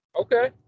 Okay